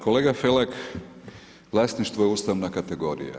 Kolega Felak, vlasništvo je ustavna kategorija.